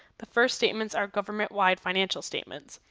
the first statements are government-wide financial statements,